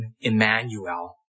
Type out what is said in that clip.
Emmanuel